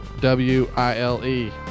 W-I-L-E